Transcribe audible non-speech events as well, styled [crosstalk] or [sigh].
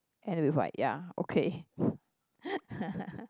end with white ya okay [laughs]